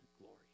glory